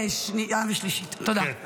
תודה.